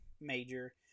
major